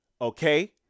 Okay